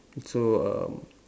so um